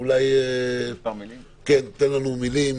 אולי תיתן לנו כמה מילים,